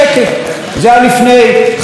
זה היה לפני חצי שנה.